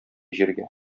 җиргә